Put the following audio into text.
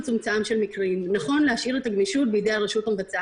שמנכ"ל משרד הבריאות